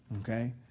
Okay